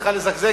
צריכה לזגזג,